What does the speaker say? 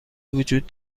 وجود